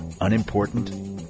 unimportant